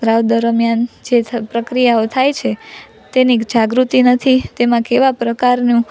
સ્ત્રાવ દરમિયાન જે પ્રક્રિયાઓ થાય છે તેની જાગૃતિ નથી તેમાં કેવા પ્રકારનું